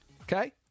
Okay